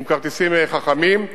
עם כרטיסים חכמים,